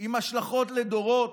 עם השלכות לדורות,